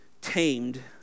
tamed